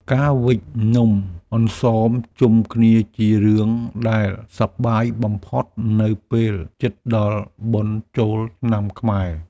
ការវេចនំអន្សមជុំគ្នាជារឿងដែលសប្បាយបំផុតនៅពេលជិតដល់បុណ្យចូលឆ្នាំខ្មែរ។